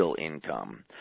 income